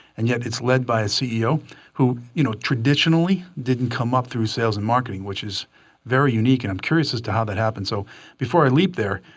and yet it's led by a ceo who, you know traditionally, didn't come up through sales and marketing. which is very unique, and i'm curious as to how that happened. so before i leap there,